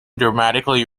dramatically